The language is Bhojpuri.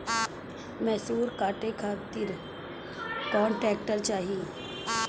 मैसूर काटे खातिर कौन ट्रैक्टर चाहीं?